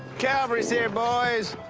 cavalry's here, boys.